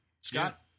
Scott